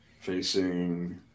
facing